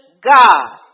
God